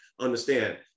understand